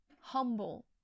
humble